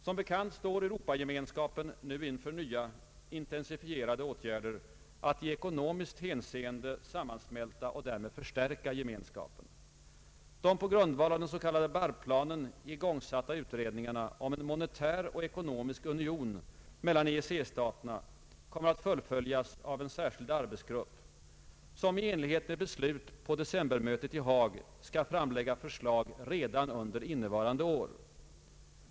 Som bekant står Europagemenskapen nu inför nya intensifierade åtgärder att i ekonomiskt hänseende sammansmälta och därmed förstärka gemenskapen. De på grundval av Barreplanen igångsatta utredningarna om en monetär och ekonomisk union mellan EEC-staterna kommer att fullföljas av en särskild arbetsgrupp som i enlighet med beslut på decembermötet i Haag skall framlägga förslag redan under innevarande år.